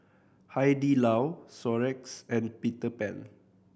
Hai Di Lao Xorex and Peter Pan